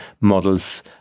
models